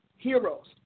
heroes